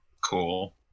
Cool